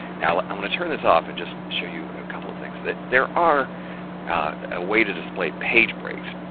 now, i'm going turn this off and just show you a couple of things that there are a way to display page breaks,